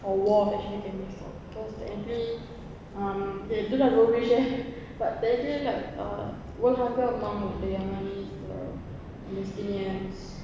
or war actually can be stopped cause technically um itu lah kalau boleh share but technically like uh world hunger among there are many um palestinians